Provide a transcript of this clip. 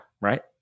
right